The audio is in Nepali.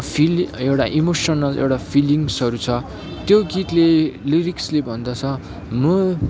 फिल एउटा इमोसनल एउटा फिलिङ्सहरू छ त्यो गीतले लिरिक्सले भन्दछ म